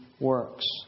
works